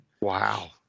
Wow